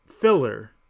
filler